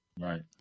right